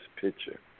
picture